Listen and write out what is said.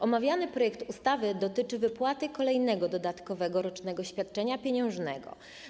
Omawiany projekt ustawy dotyczy wypłaty kolejnego dodatkowego rocznego świadczenia pieniężnego.